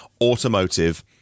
automotive